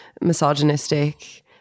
misogynistic